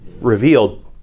Revealed